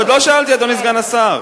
עוד לא שאלתי, אדוני סגן השר.